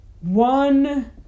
One